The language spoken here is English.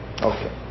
Okay